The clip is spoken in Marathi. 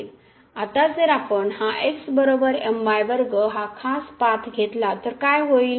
आता जर आपण हा हा खास पाथ घेतला तर काय होईल